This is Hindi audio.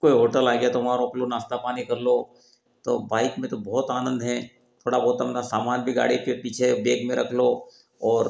कोई होटल आ गया तो वहाँ रोक लो नाश्ता पानी कर लो तो बाइक में तो बहुत आनंद हें थोड़ा बहुत अंदर सामान भी गाड़ी के पीछे बेग में रख लो और